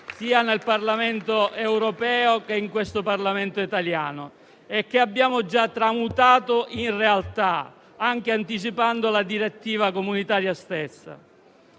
sia nel Parlamento europeo che nel Parlamento italiano, e che abbiamo già tramutato in realtà, anticipando anche la direttiva comunitaria stessa.